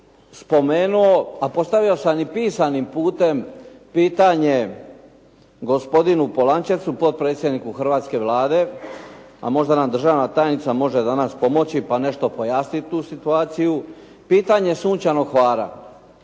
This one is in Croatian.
a postavio sam i pisanim putem pitanje gospodinu Polančecu, potpredsjedniku hrvatske Vlade, a možda nam državna tajnica može danas pomoći pa nešto pojasniti tu situaciju, pitanje "Sunčanog Hvara".